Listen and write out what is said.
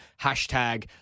hashtag